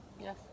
Yes